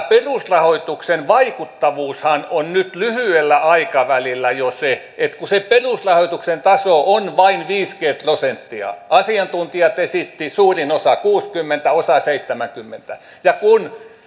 perusrahoituksen vaikuttavuushan on nyt lyhyellä aikavälillä jo se että kun se perusrahoituksen taso on vain viisikymmentä prosenttia asiantuntijat esittivät suurin osa kuusikymmentä osa seitsemänkymmentä ja kun